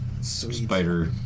Spider